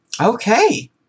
Okay